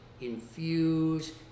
infuse